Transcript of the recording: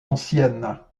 anciennes